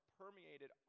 permeated